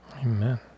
Amen